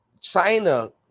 China